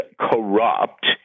corrupt